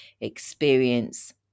experience